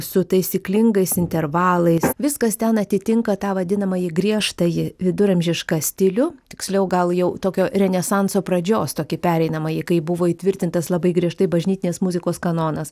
su taisyklingais intervalais viskas ten atitinka tą vadinamąjį griežtąjį viduramžišką stilių tiksliau gal jau tokio renesanso pradžios tokį pereinamąjį kai buvo įtvirtintas labai griežtai bažnytinės muzikos kanonas